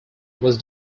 was